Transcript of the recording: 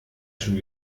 schon